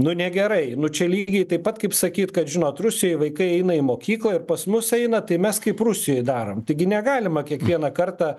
nu negerai nu čia lygiai taip pat kaip sakyt kad žinot rusijoj vaikai eina į mokyklą ir pas mus eina tai mes kaip rusijoj darom taigi negalima kiekvieną kartą